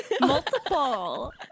multiple